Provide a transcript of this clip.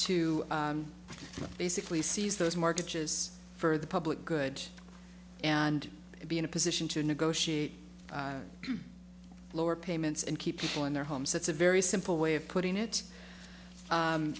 to basically seize those mortgages for the public good and be in a position to negotiate lower payments and keep people in their homes that's a very simple way of putting it